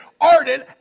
ardent